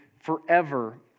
forever